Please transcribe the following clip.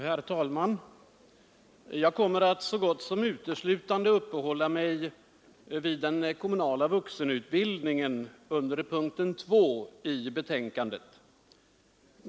Herr talman! Jag kommer att så gott som uteslutande uppehålla mig vid frågan om den kommunala vuxenutbildningen under punkten 2 i betänkandet.